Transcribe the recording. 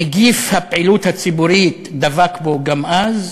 נגיף הפעילות הציבורית דבק בו גם אז,